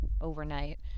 overnight